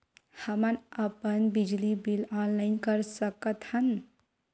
हमन अपन बिजली बिल ऑनलाइन कर सकत हन?